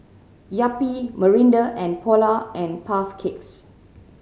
Yupi Mirinda and Polar and Puff Cakes